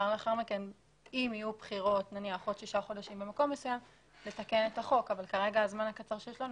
אם יהיו ננייח בחירות במקום מסוים בעוד שישה חודשים,